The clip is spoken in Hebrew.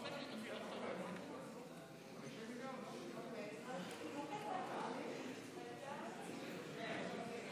אני רק מציין שחבר הכנסת קרעי נמצא, גברתי